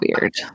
weird